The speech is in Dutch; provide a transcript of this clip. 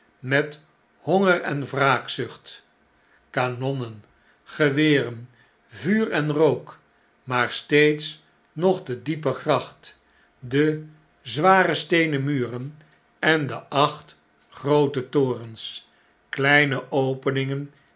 met honger en wraakzucht kanonnen geweren vuur en rook maar steeds nog de diepe gracht de zware steenen muren en de acht groote torens kleine openingen